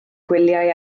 gwyliau